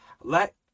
Let